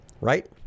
right